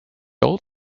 old